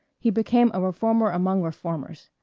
he became a reformer among reformers.